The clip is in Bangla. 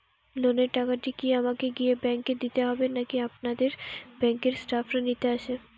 লোনের টাকাটি কি আমাকে গিয়ে ব্যাংক এ দিতে হবে নাকি আপনাদের ব্যাংক এর স্টাফরা নিতে আসে?